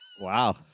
Wow